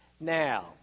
Now